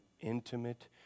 intimate